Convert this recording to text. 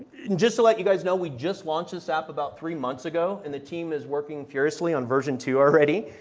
and just to let you guys know, we just launched this app about three months ago and the team is working furiously on version two already.